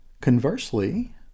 Conversely